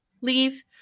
leave